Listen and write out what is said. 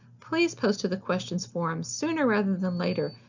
please post to the questions forum sooner rather than later.